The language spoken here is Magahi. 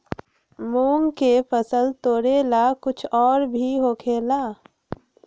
मूंग के फसल तोरेला कुछ और भी होखेला?